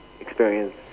experience